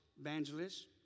evangelists